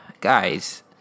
guys